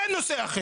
אין נושא אחר.